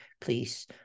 Please